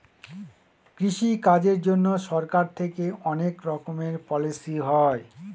কৃষি কাজের জন্যে সরকার থেকে অনেক রকমের পলিসি হয়